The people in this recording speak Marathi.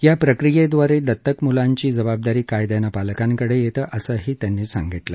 या प्रक्रियेद्वारे दत्तक मुलांची जबाबदारी कायद्यानं पालकांकडे येते असं त्या म्हणाल्या